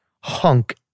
hunk